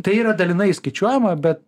tai yra dalinai įskaičiuojama bet